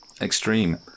Extreme